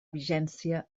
vigència